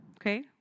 okay